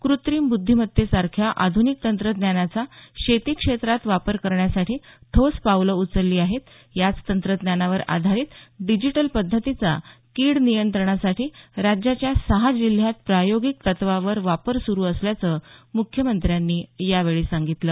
कृत्रीम ब्रद्धीमत्तेसारख्या आध्निक तंत्रज्ञानाचा शेती क्षेत्रात वापर करण्यासाठी ठोस पावलं उचलली आहेत याच तंत्रज्ञानावर आधारित डिजीटल पध्दतीचा कीड नियंत्रणासाठी राज्याच्या सहा जिल्ह्यात प्रायोगिक तत्वावर वापर सुरु असल्याचं मुख्यमंत्र्यांनी यावेळी सांगितलं